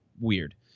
weird